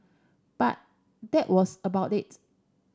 but that was about it